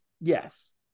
Yes